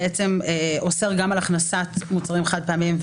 אוסר גם על הכנסת מוצרים חד פעמים,